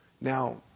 Now